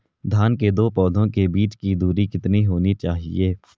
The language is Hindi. धान के दो पौधों के बीच की दूरी कितनी होनी चाहिए?